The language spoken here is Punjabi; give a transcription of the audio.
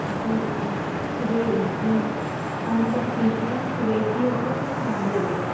ਜੀ ਸਵੇਰੇ ਪੰਜ ਹਜ਼ਾਰ ਫ਼ੀਸ ਹੈ ਸਵੇਰ ਦੀ ਅਲਗ ਹੈ ਅਤੇ ਸ਼ਾਮ ਦੀ ਅਲਗ ਹੈ